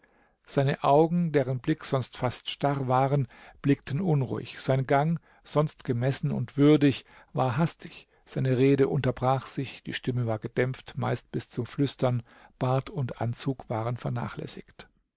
seine augen deren blick sonst fast starr war blickten unruhig sein gang sonst gemessen und würdig war hastig seine rede unterbrach sich die stimme war gedämpft meist bis zum flüstern bart und anzug waren vernachlässigt